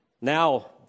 Now